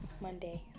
Monday